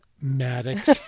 Maddox